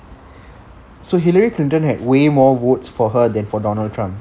so hillary clinton had way more votes for her than for donald trump